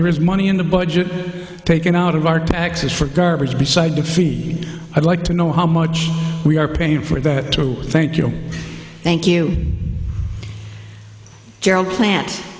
there is money in the budget taken out of our taxes for garbage decide to feed i'd like to know how much we are paying for that too thank you thank you gerald pla